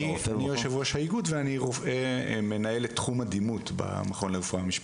אני יושב ראש האיגוד ואני מנהל את תחום הדימות במכון לרפואה משפטית.